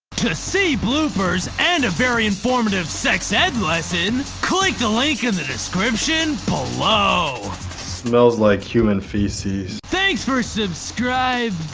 to to see bloopers and a very informative sex ed lesson click the link in the description below smells like human feces thanks for subscribing